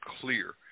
clear